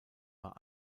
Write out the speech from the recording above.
war